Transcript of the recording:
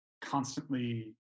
constantly